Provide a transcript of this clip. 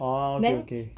orh okay okay